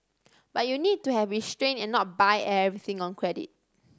but you need to have restrain and not buy everything on credit